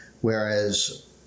Whereas